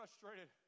frustrated